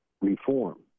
reform